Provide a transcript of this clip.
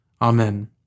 Amen